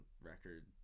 record